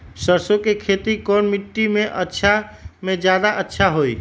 सरसो के खेती कौन मिट्टी मे अच्छा मे जादा अच्छा होइ?